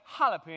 Jalapeno